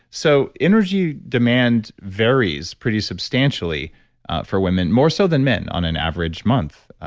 so energy demand varies pretty substantially for women, more so than men on an average month.